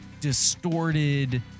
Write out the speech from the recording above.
distorted